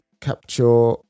capture